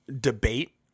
debate